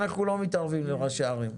אנחנו לא מתערבים לראשי הערים.